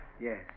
Yes